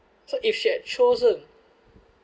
so if she had chosen